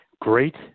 great